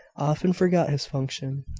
often forgot his function,